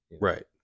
Right